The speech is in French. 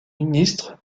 ministres